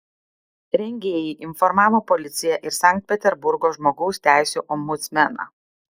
rengėjai informavo policiją ir sankt peterburgo žmogaus teisių ombudsmeną